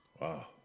Wow